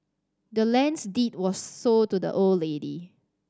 the land's deed was sold to the old lady